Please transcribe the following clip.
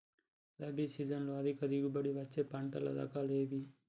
రబీ సీజన్లో అధిక దిగుబడి వచ్చే పంటల రకాలు ఏవి?